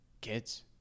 Kids